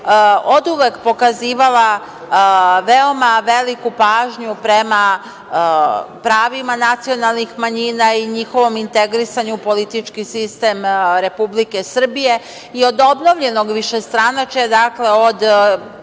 oduvek pokazivala veoma veliku pažnju prema pravima nacionalnih manjina i njihovom integrisanju u politički sistem Republike Srbije i od obnovljenog višestranačja, dakle,